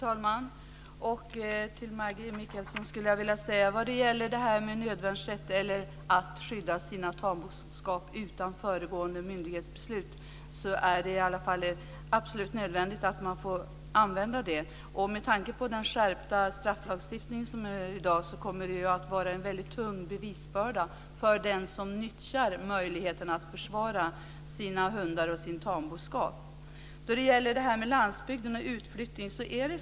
Fru talman! Till Maggi Mikaelsson skulle jag vilja säga att det i alla fall är absolut nödvändigt att man får använda nödvärnsrätt eller det här med att skydda sina tamboskap utan föregående myndighetsbeslut. Med tanke på den skärpta strafflagstiftning som är i dag kommer det att vara en tung bevisbörda för den som nyttjar möjligheten att försvara sina hundar och sin tamboskap. Så till det här med landsbygd och utflyttning.